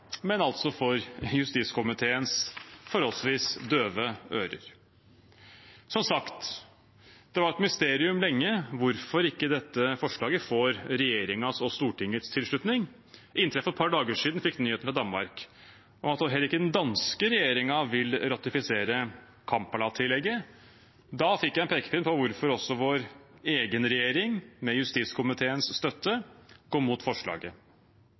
men altså for justiskomiteens forholdsvis døve ører. Som sagt: Det var et mysterium lenge hvorfor ikke dette forslaget får regjeringens og Stortingets tilslutning, inntil jeg for et par dager siden fikk nyheten fra Danmark om at heller ikke den danske regjeringen vil ratifisere Kampala-tillegget. Da fikk jeg en pekepinn på hvorfor også vår egen regjering, med justiskomiteens støtte, går imot forslaget.